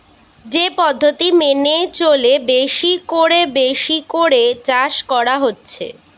যে পদ্ধতি মেনে চলে বেশি কোরে বেশি করে চাষ করা হচ্ছে